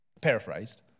Paraphrased